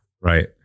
right